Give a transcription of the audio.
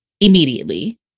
Immediately